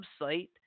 website